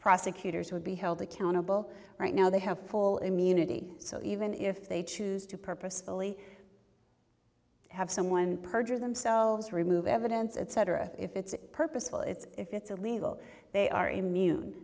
prosecutors would be held accountable right now they have full immunity so even if they choose to purposefully have someone perjure themselves remove evidence etc if it's purposeful it's if it's a legal they are immune